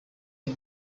iyi